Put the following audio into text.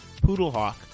Poodlehawk